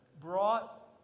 brought